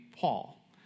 Paul